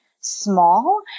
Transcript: small